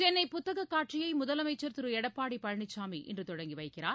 சென்னை புத்தக காட்சியை முதலமைச்சர் எடப்பாடி பழனிசாமி இன்று தொடங்கி வைக்கிறார்